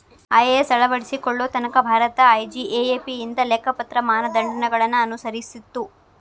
IAS ಅಳವಡಿಸಿಕೊಳ್ಳೊ ತನಕಾ Bharat IGAAP ಇಂದ ಲೆಕ್ಕಪತ್ರ ಮಾನದಂಡಗಳನ್ನ ಅನುಸರಿಸ್ತಿತ್ತು